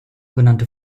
genannte